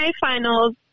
Finals